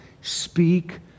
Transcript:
speak